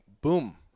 boom